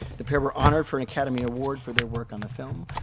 the pair were honored for an academy award for their work on the film,